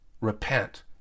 repent